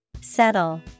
Settle